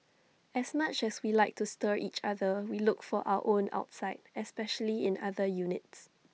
as much as we like to stir each other we look after our own outside especially in other units